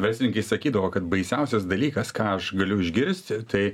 verslininkai sakydavo kad baisiausias dalykas ką aš galiu išgirsti tai